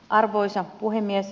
arvoisa puhemies